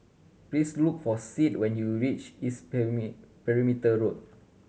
please look for Sid when you reach East Perimeter Road